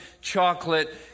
chocolate